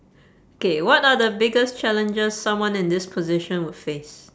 K what are the biggest challenges someone in this position would face